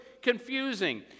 confusing